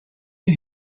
you